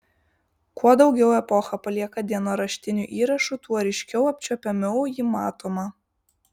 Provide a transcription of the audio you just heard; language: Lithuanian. kuo daugiau epocha palieka dienoraštinių įrašų tuo ryškiau apčiuopiamiau ji matoma